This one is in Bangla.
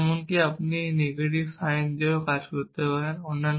এবং এমনকি আপনি এমনকি নেগেটিভ সাইন দিয়েও কাজ করতে পারেন